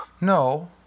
No